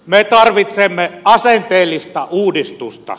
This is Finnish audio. me tarvitsemme asenteellista uudistusta